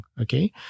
Okay